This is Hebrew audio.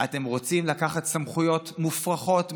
אתם רוצים לקחת סמכויות מופרכות,